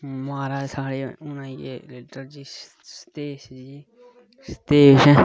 महाराज हुन आई गे साढे़ लीडर सुदेश जी